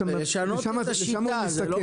לשם אתה מסתכל.